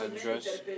address